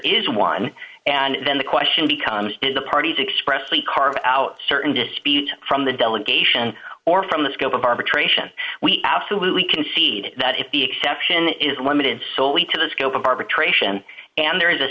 is one and then the question becomes did the parties expressly carve out certain dispute from the delegation or from the scope of arbitration we absolutely conceded that if the exception is limited solely to the scope of arbitration and there is a